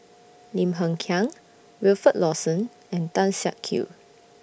Lim Hng Kiang Wilfed Lawson and Tan Siak Kew